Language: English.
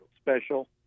special